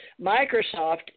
Microsoft